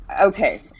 Okay